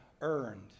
earned